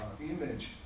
image